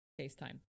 FaceTime